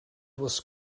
was